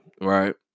Right